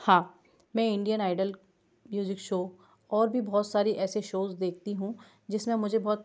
हाँ मैं Indian Idol music show और भी बहुत सारे ऐसे शोज़ हूँ जिसमें मुझे बहुत